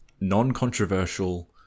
non-controversial